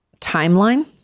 timeline